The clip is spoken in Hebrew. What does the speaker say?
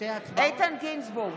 איתן גינזבורג,